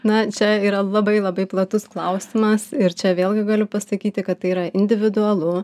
na čia yra labai labai platus klausimas ir čia vėlgi galiu pasakyti kad tai yra individualu